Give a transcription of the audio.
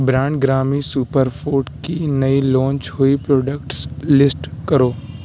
brand گرامی super food کی نئی لانچ ہوئی پراڈکٹس لسٹ کرو